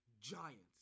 giants